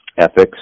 ethics